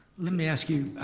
let me ask you,